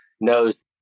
knows